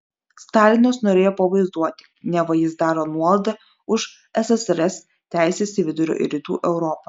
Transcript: stalinas norėjo pavaizduoti neva jis daro nuolaidą už ssrs teises į vidurio ir rytų europą